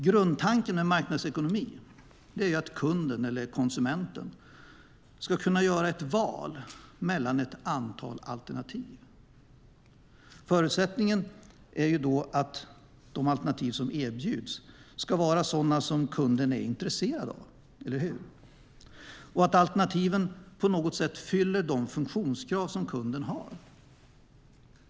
Grundtanken med marknadsekonomi är att kunden eller konsumenten ska kunna göra ett val mellan ett antal alternativ. Förutsättningen är att de alternativ som erbjuds ska vara sådana som kunden är intresserad av, eller hur, och att alternativen på något sätt fyller de funktionskrav som kunden har.